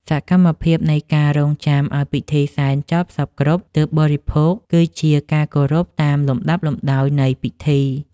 សកម្មភាពនៃការរង់ចាំឱ្យពិធីសែនចប់សព្វគ្រប់ទើបបរិភោគ គឺជាការគោរពតាមលំដាប់លំដោយនៃពិធី។